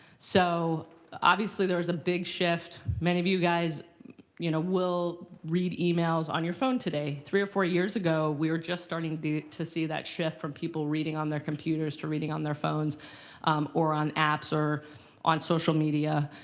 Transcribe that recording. so obviously, there was a big shift. many of you guys you know will read emails on your phone today. three or four years ago we were just starting to see that shift from people reading on their computers to reading on their phones or on apps or on social media.